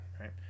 right